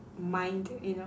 mind you know